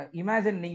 imagine